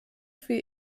für